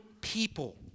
people